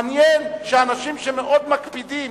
מעניין שאנשים שמאוד מקפידים